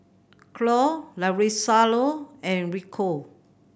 Cloe Larissa and Rico